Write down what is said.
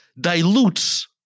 dilutes